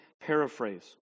Paraphrase